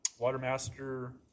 Watermaster